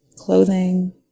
clothing